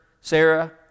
Sarah